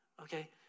okay